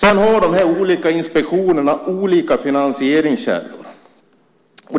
De olika inspektionerna har olika finansieringskällor.